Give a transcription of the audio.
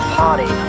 party